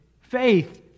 faith